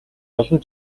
олон